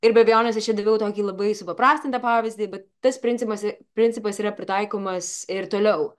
ir be abejonės aš čia daviau tokį labai supaprastintą pavyzdį bet tas principas ir principas yra pritaikomas ir toliau